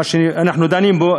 מה שאנחנו דנים בו,